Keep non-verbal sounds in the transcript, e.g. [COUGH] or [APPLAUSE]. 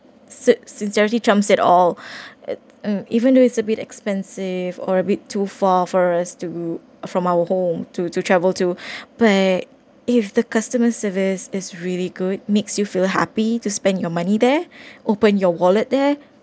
si~ sincerity trumps at all [BREATH] it mm even though it's a bit expensive or a bit too far for us to from our home to to travel to [BREATH] but if the customer service is really good makes you feel happy to spend your money there [BREATH] open your wallet there